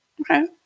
okay